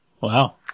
Wow